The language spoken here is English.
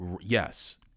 Yes